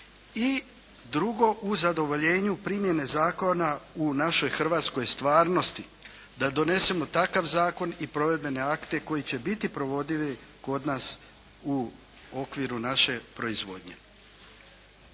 I drugo u zadovoljenju primjene zakona u našoj hrvatskoj stvarnosti da donesemo takav zakon i provedene akte koji će biti provodivi kod nas u okviru naše proizvodnje.